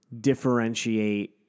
differentiate